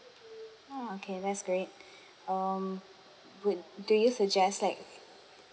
oh okay that's great um would do you suggest like